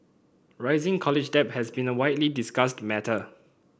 rising college debt has been a widely discussed matter